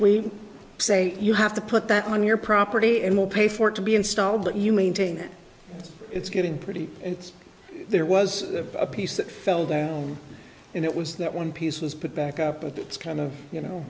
we say you have to put that on your property and we'll pay for it to be installed that you maintain it's getting pretty and there was a piece that fell down and it was that one piece was put back up and it's kind of you know